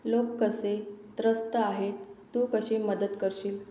लोक कसे त्रस्त आहेत तू कशी मदत करशील